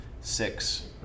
six